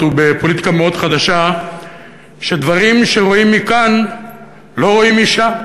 ובפוליטיקה מאוד חדשה שדברים שרואים מכאן לא רואים משם,